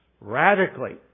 radically